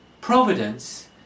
Providence